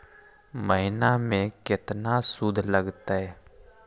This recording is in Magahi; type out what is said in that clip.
महिना में केतना शुद्ध लगतै?